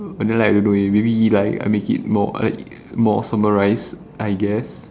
but then like don't know leh maybe he like I make it more I make it more summarised I guess